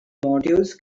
motives